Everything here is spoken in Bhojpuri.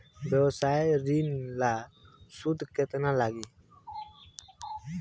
व्यवसाय ऋण ला सूद केतना लागी?